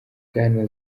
bwana